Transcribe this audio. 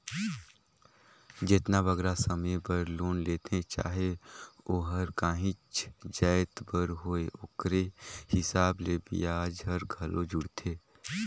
जेतना बगरा समे बर लोन लेथें चाहे ओहर काहींच जाएत बर होए ओकरे हिसाब ले बियाज हर घलो जुड़थे